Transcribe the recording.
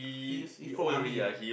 he use he from army ah